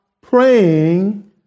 praying